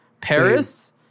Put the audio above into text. Paris